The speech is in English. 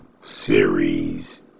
series